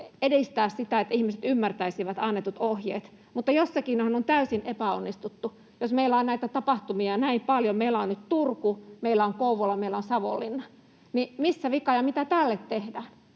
edistää sitä, että ihmiset ymmärtäisivät annetut ohjeet, mutta jossakinhan on täysin epäonnistuttu, jos meillä on näitä tapahtumia näin paljon — meillä on nyt Turku, meillä on Kouvola, meillä on Savonlinna. Missä vika, ja mitä tälle tehdään?